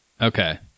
Okay